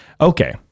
Okay